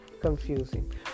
confusing